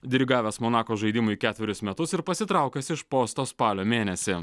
dirigavęs monako žaidimui ketverius metus ir pasitraukęs iš posto spalio mėnesį